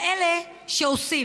אלא אלה שעושים.